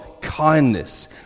kindness